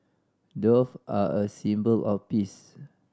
dove are a symbol of peace